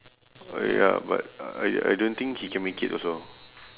ya but I I don't think he can make it also